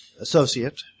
associate